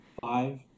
five